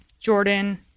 Jordan